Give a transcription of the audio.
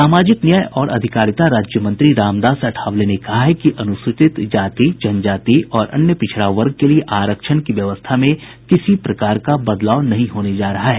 सामाजिक न्याय और अधिकारिता राज्य मंत्री रामदास अठावले ने कहा है कि अनुसूचित जाति जनजाति और अन्य पिछड़ा वर्ग के लिये आरक्षण की व्यवस्था में किसी प्रकार का बदलाव नहीं होने जा रहा है